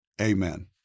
Amen